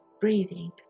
breathing